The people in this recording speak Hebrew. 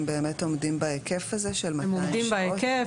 הם באמת עומדים בהיקף הזה של -- הם עומדים בהיקף,